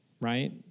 Right